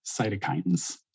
cytokines